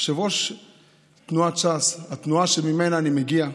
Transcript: יושב-ראש תנועת ש"ס, התנועה שממנה אני מגיע,